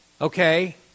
okay